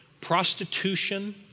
Prostitution